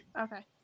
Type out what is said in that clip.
Okay